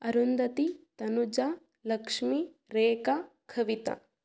Arundhati Tanuja Lakshmi Rekha Kavita